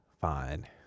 fine